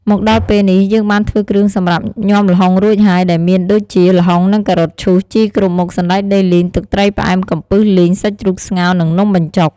មកដល់ពេលនេះ យើងបានធ្វើគ្រឿងសម្រាប់ញាំល្ហុងរួចហើយ ដែលមានដូចជា ល្ហុង និង ការ៉ុតឈូស ជីគ្រប់មុខ សណ្ដែកដីលីង ទឹកត្រីផ្អែម កំពឹសលីង សាច់ជ្រូកស្ងោរ និងនំបញ្ចុក។